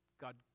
God